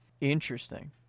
Interesting